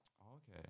Okay